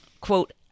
quote